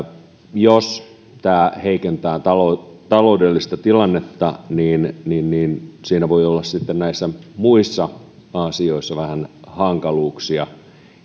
jos tämä heikentää taloudellista taloudellista tilannetta niin niin siinä voi olla sitten näissä muissa asioissa vähän hankaluuksia